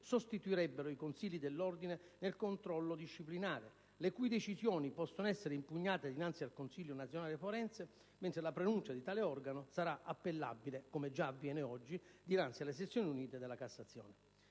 sostituirebbero i consigli dell'ordine nel controllo disciplinare), le cui decisioni possono essere impugnate dinanzi al Consiglio nazionale forense. La pronuncia di tale organo sarà infine appellabile (come avviene oggi) dinanzi alle sezioni unite della Cassazione.